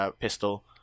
pistol